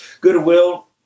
Goodwill